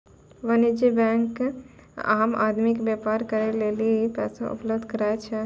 वाणिज्यिक बेंक आम आदमी के व्यापार करे लेली पैसा उपलब्ध कराय छै